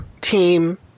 team